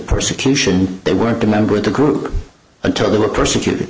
persecution they weren't a member of the group until they were persecuted